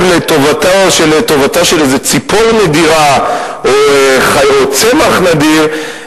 לטובתה של איזו ציפור נדירה או צמח נדיר,